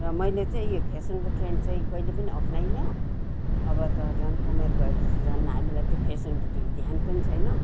र मैले चाहिँ यो फेसनको ट्रेन्ड चाहिँ कहिले पनि अप्नाइनँ अब त झन उमेर गयो पछि झन हामीलाई त्यो फेसनपट्टि ध्यान पनि छैन